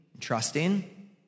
trusting